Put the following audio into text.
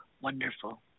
Wonderful